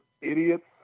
idiots